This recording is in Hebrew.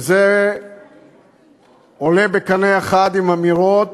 וזה עולה בקנה אחד עם אמירות